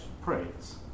praise